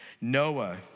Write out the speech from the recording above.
Noah